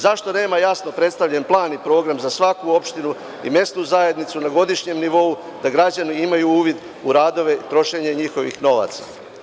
Zašto nema jasno predstavljen plan i program za svaku opštinu i mesnu zajednicu na godišnjem nivou da građani imaju uvid u radove i trošenje njihovog novca?